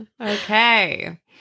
Okay